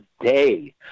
day